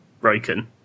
broken